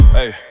hey